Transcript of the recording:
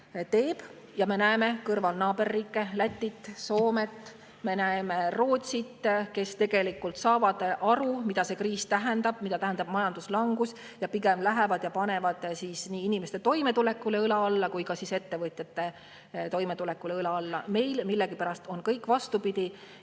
me näeme kõrval naaberriike – Lätit, Soomet, me näeme Rootsit –, kes tegelikult saavad aru, mida see kriis tähendab, mida tähendab majanduslangus, ja pigem lähevad ja panevad nii inimeste toimetulekule õla alla kui ka ettevõtjate toimetulekule õla alla. Meil millegipärast on kõik vastupidi